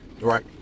Right